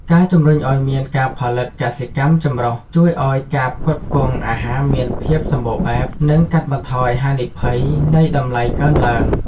ការជម្រុញឱ្យមានការផលិតកសិកម្មចម្រុះជួយឱ្យការផ្គត់ផ្គង់អាហារមានភាពសម្បូរបែប និងកាត់បន្ថយហានិភ័យនៃតម្លៃកើនឡើង។